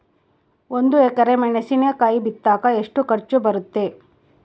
ಒಂದು ಎಕರೆ ಮೆಣಸಿನಕಾಯಿ ಬಿತ್ತಾಕ ಎಷ್ಟು ಖರ್ಚು ಬರುತ್ತೆ?